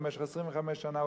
במשך 25 שנה,